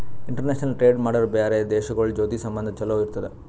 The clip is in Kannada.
ಇಂಟರ್ನ್ಯಾಷನಲ್ ಟ್ರೇಡ್ ಮಾಡುರ್ ಬ್ಯಾರೆ ದೇಶಗೋಳ್ ಜೊತಿ ಸಂಬಂಧ ಛಲೋ ಇರ್ತುದ್